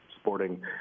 sporting